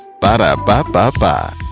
Ba-da-ba-ba-ba